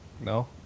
No